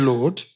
Lord